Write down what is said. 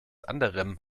anderem